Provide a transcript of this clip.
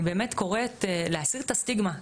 אני באמת קוראת להסיר את הסטיגמה.